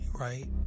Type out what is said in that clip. Right